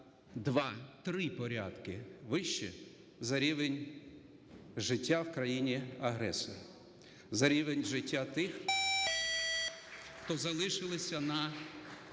на 2-3 порядки вище за рівень життя в країні-агресора, за рівень життя тих, хто залишилися на